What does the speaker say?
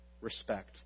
respect